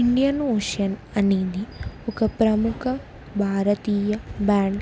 Indian Ocean అనేది ఒక ప్రముఖ భారతీయ బ్యాండ్